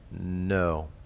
No